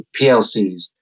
PLCs